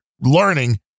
learning